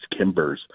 Kimbers